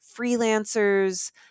freelancers